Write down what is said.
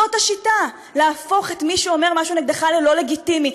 זאת השיטה: להפוך את מי שאומר משהו נגדך ללא לגיטימי.